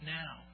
now